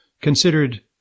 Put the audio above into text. considered